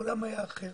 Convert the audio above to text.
העולם היה אחר.